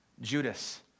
Judas